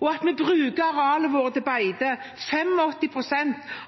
Og vi bruker arealene våre til beite – 85 pst.